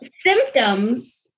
symptoms